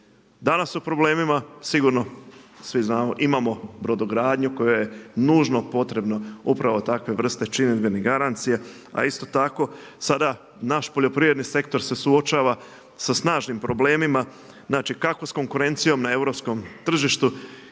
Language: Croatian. Danas su u problemima sigurno, svi znamo imamo brodogradnju kojoj je nužno potrebna upravo takva vrsta činidbenih garancija, a isto tako sada naš poljoprivredni sektor se suočava sa snažnim problemima znači kako s konkurencijom na europskom tržištu